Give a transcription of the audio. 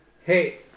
Hey